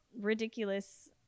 ridiculous